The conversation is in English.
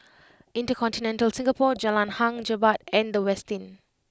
InterContinental Singapore Jalan Hang Jebat and The Westin